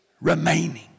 remaining